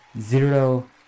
zero